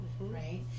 Right